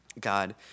God